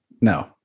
No